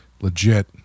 legit